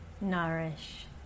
nourish